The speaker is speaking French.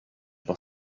pour